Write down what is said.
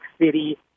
City